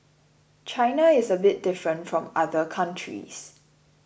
China is a bit different from other countries